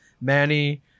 Manny